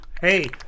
Hey